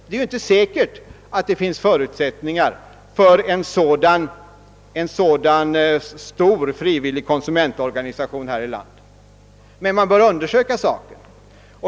Det är inte säkert att vi här i landet har förutsättningar för en sådan stor frivillig konsumentorganisation, men man bör undersöka saken.